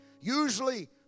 Usually